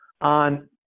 on